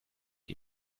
die